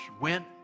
went